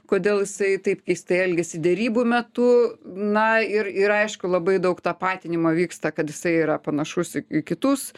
kodėl jisai taip keistai elgiasi derybų metu na ir ir aišku labai daug tapatinimo vyksta kad jisai yra panašus į į kitus